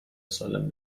سالم